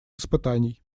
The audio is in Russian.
испытаний